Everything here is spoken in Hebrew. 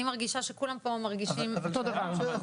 אני מרגישה שכולם פה מרגישים אותו דבר.